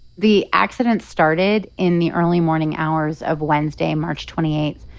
the accident started in the early morning hours of wednesday, march twenty eight,